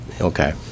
Okay